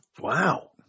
Wow